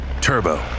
Turbo